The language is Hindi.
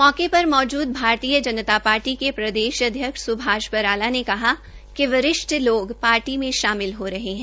मौके पर मौजूद भारतीय जनता पार्टी के प्रदेश अध्यक्ष स्भाष बराला ने कहा कि वरिष्ठ लोग पार्टी में शामिल हो रहे है